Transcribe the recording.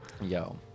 yo